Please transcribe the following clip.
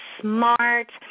smart